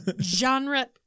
Genre